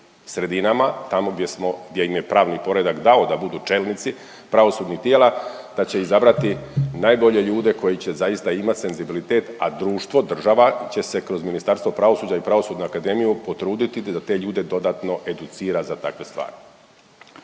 sredinama tamo gdje smo, gdje im je pravni poredak dao da budu čelnici pravosudnih tijela da će izabrati najbolje ljude koji će zaista imati senzibilitet, a društvo, država će se kroz Ministarstvo pravosuđa i Pravosudnu akademiju potruditi da te ljude dodatno educira za takve stvari.